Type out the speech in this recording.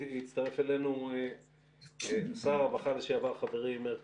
הצטרף אלינו שר הרווחה לשעבר חברי מאיר כהן.